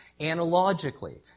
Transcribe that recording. analogically